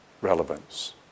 relevance